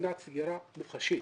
בסכנת סגירה מוחשית.